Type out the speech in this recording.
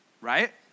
Right